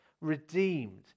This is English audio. redeemed